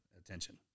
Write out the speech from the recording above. attention